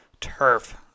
turf